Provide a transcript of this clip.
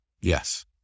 Yes